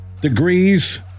degrees